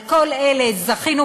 על כל אלה "זכינו"